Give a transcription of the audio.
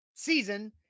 season